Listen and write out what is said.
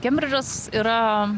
kembridžas yra